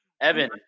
evan